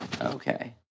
Okay